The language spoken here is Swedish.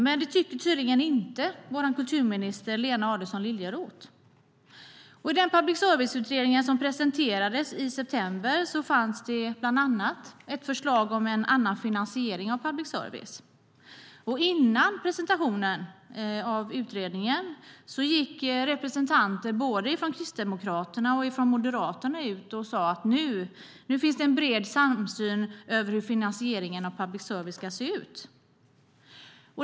Men det tycker tydligen inte vår kulturminister Lena Adelsohn Liljeroth. I den public service-utredning som presenterades i september fanns det bland annat ett förslag om en annan finansiering för public service. Före presentationen av utredningen gick representanter för både Kristdemokraterna och Moderaterna ut och sade att det nu finns en bred samsyn över hur finansieringen av public service ska se ut.